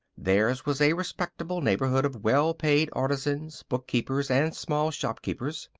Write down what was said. theirs was a respectable neighborhood of well-paid artisans, bookkeepers, and small shopkeepers.